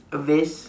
a vest